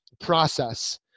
process